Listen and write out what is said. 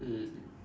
mm